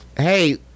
Hey